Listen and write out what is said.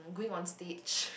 going on stage